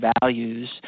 values